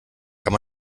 kann